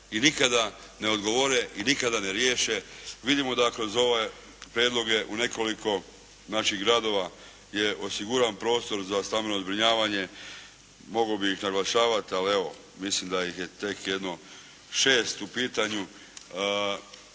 i nikada ne odgovore i nikada ne riješe. Vidimo da kroz ove prijedloge u nekoliko naših gradova je osiguran prostor za stambeno zbrinjavanje moglo bi ih naglašavati, ali evo mislim da ih je tek jedno šest u pitanju.